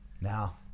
Now